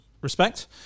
respect